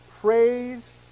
praise